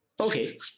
Okay